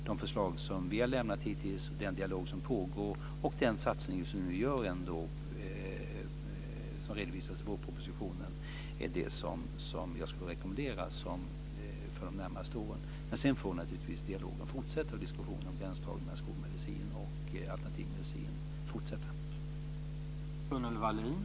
De förslag vi har lämnat, den dialog som pågår och den satsning som redovisas i vårpropositionen är det jag rekommenderar för de närmaste åren. Sedan får naturligtvis dialogen fortsätta om gränsdragningen mellan skolmedicin och alternativmedicin.